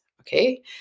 okay